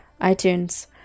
itunes